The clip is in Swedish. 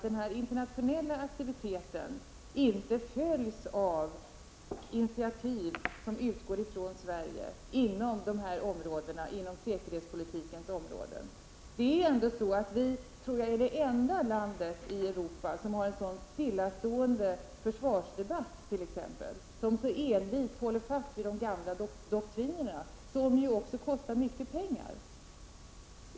Den här internationella aktiviteten följs inte av initiativ som utgår från Sverige inom säkerhetspolitikens område. Jag tror att vi är det enda landet i Europa som har en så stillastående försvarsdebatt t.ex. och som så envist håller fast vid de gamla doktrinerna som ju också kostar mycket pengar.